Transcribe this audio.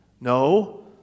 No